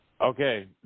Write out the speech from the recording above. Okay